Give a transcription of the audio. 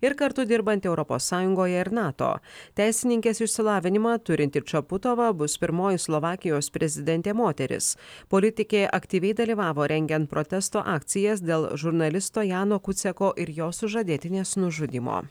ir kartu dirbant europos sąjungoje ir nato teisininkės išsilavinimą turinti čaputova bus pirmoji slovakijos prezidentė moteris politikė aktyviai dalyvavo rengiant protesto akcijas dėl žurnalisto jano kuceko ir jo sužadėtinės nužudymo